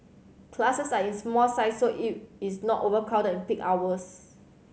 classes are in small size so it it's not overcrowded in peak hours